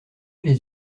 les